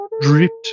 dripped